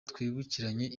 twibukiranye